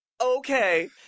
Okay